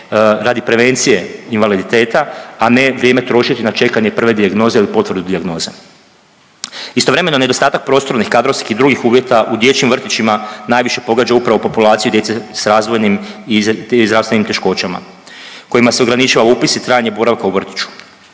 radi prevencije invaliditeta, a ne vrijeme trošiti na čekanje prve dijagnoze il potvrdu dijagnoza. Istovremeno nedostatak prostornih, kadrovskih i drugih uvjeta u dječjim vrtićima najviše pogađa upravo populaciju djece s razvojnim i zdravstvenim teškoćama kojima se ograničava upis i trajanje boravka u vrtiću.